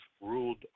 ruled